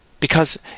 Because